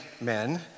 men